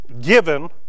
given